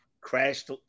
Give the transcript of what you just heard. crashed